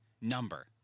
number